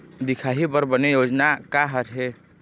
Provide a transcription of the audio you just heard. दिखाही बर बने योजना का हर हे?